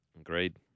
Agreed